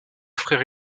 frère